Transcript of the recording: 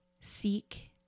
seek